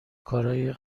کارای